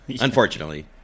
unfortunately